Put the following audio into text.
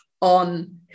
on